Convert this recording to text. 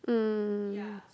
mm